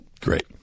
Great